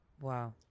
Wow